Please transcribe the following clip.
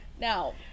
Now